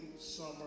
summer